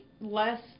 less